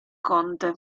conte